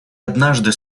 однажды